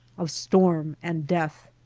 of storm and death,